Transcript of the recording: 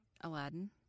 Aladdin